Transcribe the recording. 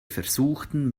versuchten